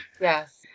Yes